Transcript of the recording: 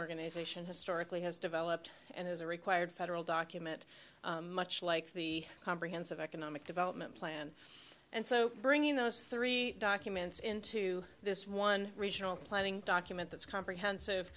organization historically has developed and as a required federal document much like the comprehensive economic development plan and so bringing those three documents into this one regional planning document that's comprehensive